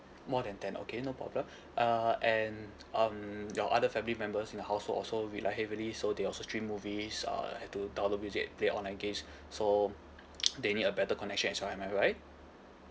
more than ten okay no problem uh and um your other family members in the household also rely heavily so they also stream movies uh had to download music play online games so they need a better connection as well am I right